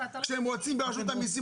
כשהם רוצים ברשות המיסים,